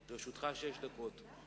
לרשותך שש דקות.